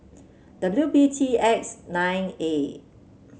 W B T X nine A